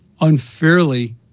unfairly